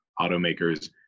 automakers